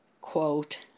quote